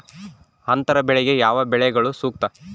ಅಂತರ ಬೆಳೆಗೆ ಯಾವ ಬೆಳೆಗಳು ಸೂಕ್ತ?